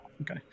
Okay